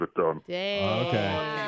Okay